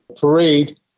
Parade